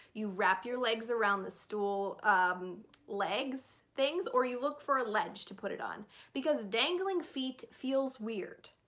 you wrap your legs around the stool legs things, or you look for a ledge to put it on because dangling feet feels weird.